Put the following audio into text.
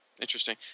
Interesting